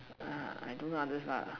uh I do others lah